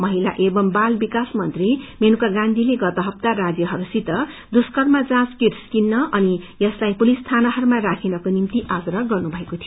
महिला एवं बाल विकास मंत्री मेनका गांधीले गत हप्ता राज्यहस्पसित दुर्फ्कम जाँच किटस किन्न अनि यसलाई पुलिस थानाहरूमा राखिनको निम्ति आग्रह गर्नुभएको थियो